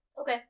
Okay